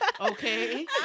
Okay